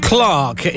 Clark